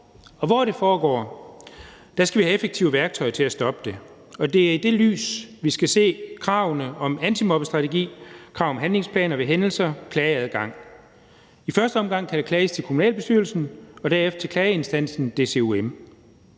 hvor det foregår, skal vi have effektive værktøjer til at stoppe det, og det er i det lys, vi skal se krav om antimobbestrategi, krav om handlingsplaner ved hændelser og klageadgang. I første omgang kan der klages til kommunalbestyrelsen og derefter til klageinstansen DCUM.